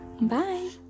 bye